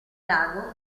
lago